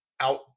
out